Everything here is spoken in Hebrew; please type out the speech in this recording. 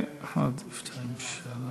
כמה דוברים יש?